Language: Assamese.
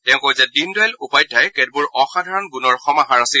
তেওঁ কয় যে দীনদয়াল উপাধ্যায় কেতবোৰ অসাধাৰণ গুণৰ সমাহাৰ আছিল